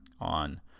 on